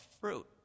fruit